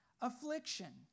affliction